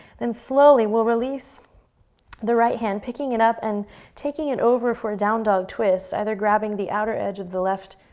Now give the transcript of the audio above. slowly, we'll release the right hand, picking it up, and taking it over for a down dog twist, either grabbing the outer edge of the left